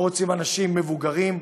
לא רוצים אנשים מבוגרים.